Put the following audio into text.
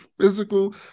physical